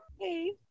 Hey